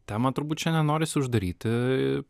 temą turbūt šiandien norisi uždaryti